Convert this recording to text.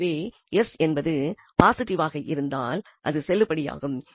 எனவே s என்பது positive ஆக இருந்தால் இது செல்லுபடியாகும்